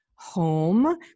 home